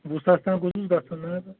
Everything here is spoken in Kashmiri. وُہ ساس تام گوٚژھُس گژھُن نہٕ حظ